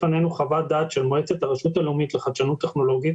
לפי מסלול הטבע מס' 48 של הרשות הלאומית לחדשנות טכנולוגית